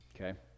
okay